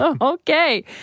Okay